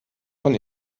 von